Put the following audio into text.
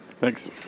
Thanks